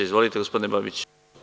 Izvolite, gospodine Babiću.